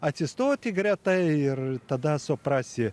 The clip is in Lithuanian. atsistoti greta ir tada suprasi